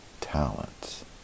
Talents